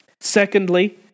Secondly